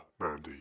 Mandy